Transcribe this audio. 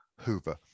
Hoover